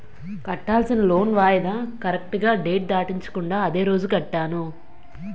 కట్టాల్సిన లోన్ వాయిదా కరెక్టుగా డేట్ దాటించకుండా అదే రోజు కట్టాను